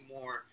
more